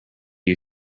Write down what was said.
you